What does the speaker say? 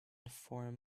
form